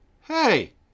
Hey